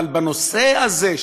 בנושא הזה,